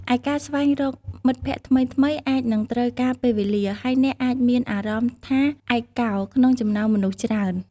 ឯការស្វែងរកមិត្តភក្តិថ្មីៗអាចនឹងត្រូវការពេលវេលា ហើយអ្នកអាចមានអារម្មណ៍ថាឯកកោក្នុងចំណោមមនុស្សច្រើន។